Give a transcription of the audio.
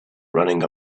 running